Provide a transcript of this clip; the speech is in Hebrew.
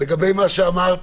לגבי מה שאמרת.